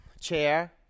chair